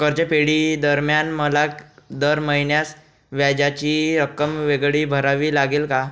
कर्जफेडीदरम्यान मला दर महिन्यास व्याजाची रक्कम वेगळी भरावी लागेल का?